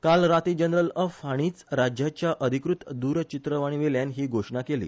काल राती जनरल अफ हांणीच राज्याच्या अधिकृत दूरचित्रवाणीवेल्यान ही घोषणा केली